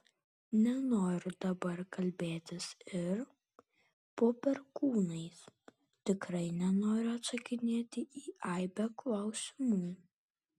nenoriu dabar kalbėtis ir po perkūnais tikrai nenoriu atsakinėti į aibę klausimų